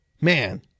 Man